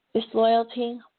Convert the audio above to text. disloyalty